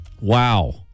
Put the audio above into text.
Wow